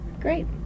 Great